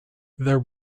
there